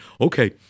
Okay